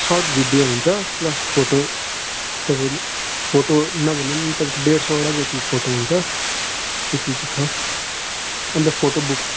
short video हुन्छ plus photo तपाईँले photo नभने पनि तपाईँको डेढसौवटा जत्ति फोटो हुन्छ त्यति चाहिँ छ अन्त फोटो बुक